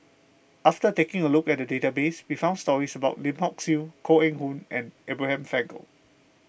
after taking a look at the database we found stories about Lim Hock Siew Koh Eng Hoon and Abraham Frankel